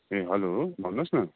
ए hello भन्नुहोस् न